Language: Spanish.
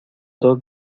dos